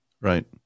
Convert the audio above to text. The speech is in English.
Right